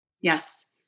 Yes